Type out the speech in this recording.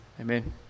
Amen